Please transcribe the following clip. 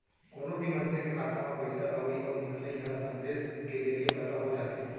कोनो भी मनसे के खाता म पइसा अवइ अउ निकलई ह संदेस के जरिये पता हो जाथे